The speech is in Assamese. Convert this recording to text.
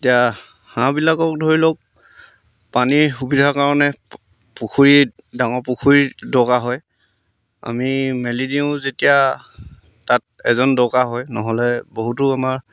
এতিয়া হাঁহবিলাকক ধৰি লওক পানীৰ সুবিধাৰ কাৰণে পুখুৰীত ডাঙৰ পুখুৰীত দৰকাৰ হয় আমি মেলি দিওঁ যেতিয়া তাত এজন দৰকাৰ হয় নহ'লে বহুতো আমাৰ